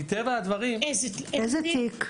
איזה תיק?